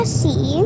see